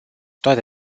toate